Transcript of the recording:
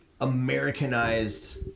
Americanized